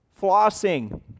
flossing